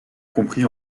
compris